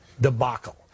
debacle